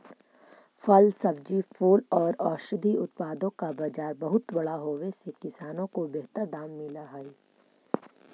फल, सब्जी, फूल और औषधीय उत्पादों का बाजार बहुत बड़ा होवे से किसानों को बेहतर दाम मिल हई